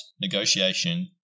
negotiation